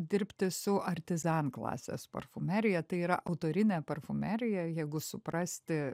dirbti su artizan klasės parfumerija tai yra autorine parfumerija jėgų suprasti